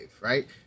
right